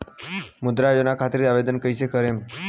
मुद्रा योजना खातिर आवेदन कईसे करेम?